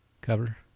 cover